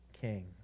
king